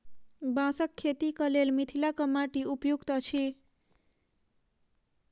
बाँसक खेतीक लेल मिथिलाक माटि उपयुक्त अछि